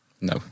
no